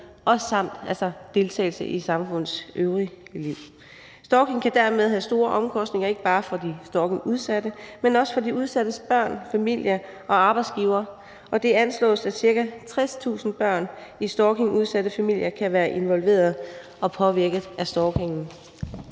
og også deltagelse i det øvrige samfundsliv. Stalking kan dermed have store omkostninger ikke bare for de stalkingudsatte, men også for de udsattes børn, familie og arbejdsgivere, og det anslås, at ca. 60.000 børn i stalkingudsatte familier kan være involveret og påvirket af stalkingen.